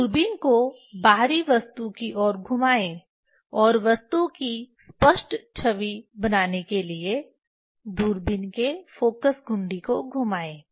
दूरबीन को बाहरी वस्तु की ओर घुमाएं और वस्तु की स्पष्ट छवि बनाने के लिए दूरबीन के फोकस घुंडी को घुमाएं